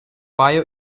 bio